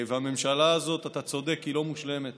הממשלה הזאת, אתה צודק, היא לא מושלמת.